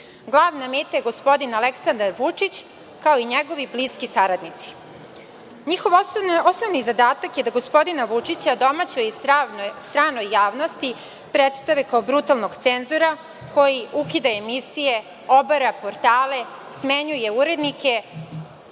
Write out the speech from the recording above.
Glavna meta je gospodin Aleksandar Vučić, kao i njegovi bliski saradnici. Njihov osnovni zadatak je da gospodina Vučića domaćoj i stranoj javnosti predstave kao brutalnog cenzora koji ukida emisije, obara portale, smenjuje urednike,